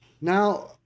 Now